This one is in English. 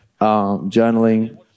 journaling